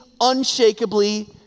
unshakably